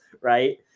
right